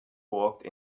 walked